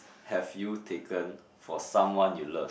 have you taken for someone you love